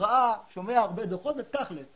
ראה ושומע הרבה דוחות אבל תכל'ס.